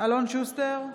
אלון שוסטר,